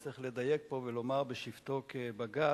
וצריך לדייק פה ולומר בשבתו כבג"ץ,